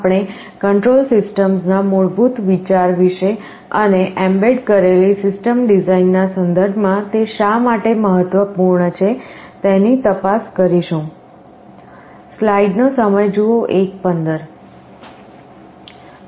આપણે control systems ના મૂળભૂત વિચાર વિશે અને એમ્બેડ કરેલી સિસ્ટમ ડિઝાઇનના સંદર્ભમાં તે શા માટે મહત્વપૂર્ણ છે તેની તપાસ કરીશું